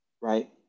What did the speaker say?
right